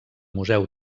museu